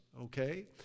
Okay